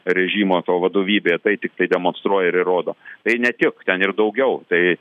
režimo to vadovybė tai tiktai demonstruoja ir įrodo tai ne tik ten ir daugiau tai